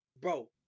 Bro